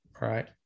right